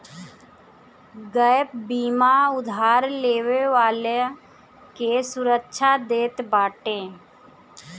gap बीमा उधार लेवे वाला के सुरक्षा देत बाटे